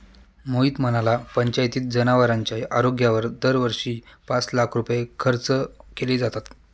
मोहित म्हणाला, पंचायतीत जनावरांच्या आरोग्यावर दरवर्षी पाच लाख रुपये खर्च केले जातात